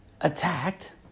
attacked